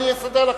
אני אסדר לכם.